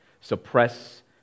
suppress